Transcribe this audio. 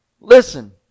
Listen